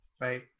right